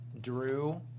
Drew